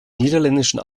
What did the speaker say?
niederländischen